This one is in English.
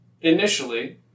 Initially